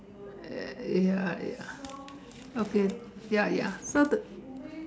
ya ya okay ya ya so the